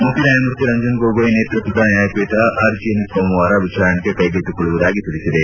ಮುಖ್ಯ ನ್ಯಾಯಮೂರ್ತಿ ರಂಜನ್ ಗೊಗೋಯ್ ನೇತೃತ್ವದ ನ್ಯಾಯಪೀಠ ಅರ್ಜಿಯನ್ನು ಸೋಮವಾರ ವಿಚಾರಣೆಗೆ ಕೈಗೆತ್ತಿಕೊಳ್ಳುವುದಾಗಿ ತಿಳಿಸಿದೆ